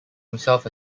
himself